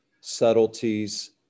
subtleties